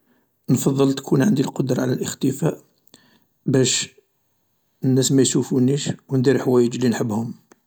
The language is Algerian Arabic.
نفضل تكون عندي القدرة على الاختفاء باش ناس مايشوفونيش و ندير حوايج لي نحبهم